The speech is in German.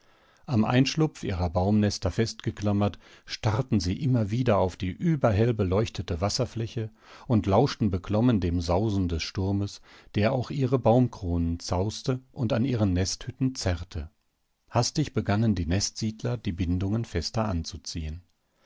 am einschlupf ihrer baumnester festgeklammert starrten sie immer wieder auf die überhell beleuchtete wasserfläche und lauschten beklommen dem sausen des sturmes der auch ihre baumkronen zauste und an ihren nesthütten zerrte hastig begannen die nestsiedler die bindungen fester anzuziehen